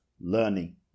learning